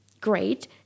great